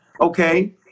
okay